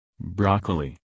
Broccoli